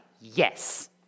Yes